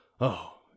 Oh